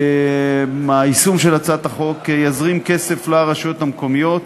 היישום של הצעת החוק יזרים כסף לרשויות המקומיות